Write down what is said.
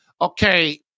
okay